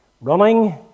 running